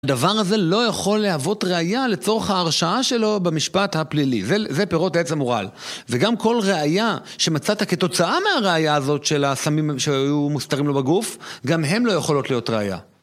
הדבר הזה לא יכול להוות ראייה לצורך ההרשאה שלו במשפט הפלילי. זה פירות עץ המורל. וגם כל ראייה שמצאת כתוצאה מהראייה הזאת של הסמים שהיו מוסתרים לו בגוף, גם הן לא יכולות להיות ראייה.